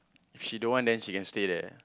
if she don't want then she can say there